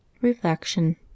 reflection